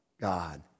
God